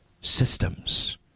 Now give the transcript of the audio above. systems